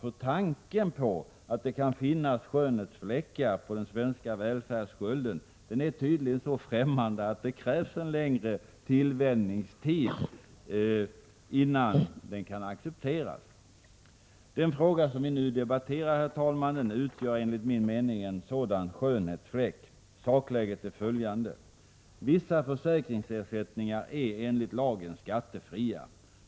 Herr talman! Tanken att det kan finnas skönhetsfläckar på den svenska välfärdsskölden är tydligen så främmande att det krävs en längre tillvänjningstid innan den kan accepteras. Den fråga vi nu debatterar utgör enligt min mening en sådan skönhetsfläck. Sakläget är följande. Vissa försäkringsersättningar är enligt lagen skattefria.